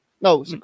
no